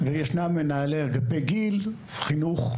ויש מנהלי אגפי גיל חינוך,